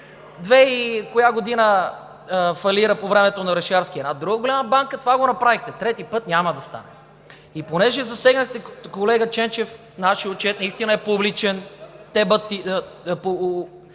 две и коя година, по времето на Орешарски, фалира една друга голяма банка. Това направихте! Трети път няма да стане. И понеже засегнахте, колега Ченчев, нашият отчет наистина е публичен, оповестен